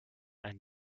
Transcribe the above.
ein